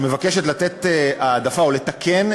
שמבקשת לתת העדפה או לתקן